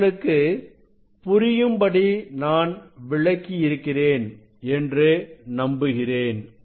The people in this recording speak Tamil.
உங்களுக்கு புரியும்படி நான் விளக்கியிருக்கிறேன் என்று நம்புகிறேன்